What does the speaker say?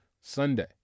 Sunday